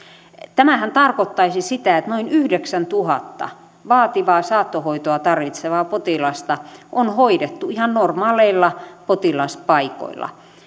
tämähän tarkoittaisi sitä että noin yhdeksäntuhatta vaativaa saattohoitoa tarvitsevaa potilasta on hoidettu ihan normaaleilla potilaspaikoilla